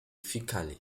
human